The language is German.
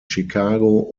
chicago